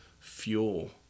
fuel